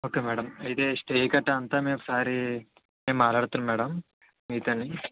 okay madam అయితే stay కట్ట అంతా మేమొకసారి నేను మాట్లాడతాను మ్యాడం మీతోని